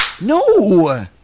No